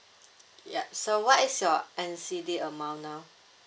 ya so what is your N_C_D the amount now